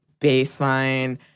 baseline